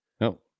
No